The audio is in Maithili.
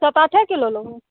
सात आठे किलो लेबहो